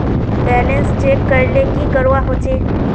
Balance check करले की करवा होचे?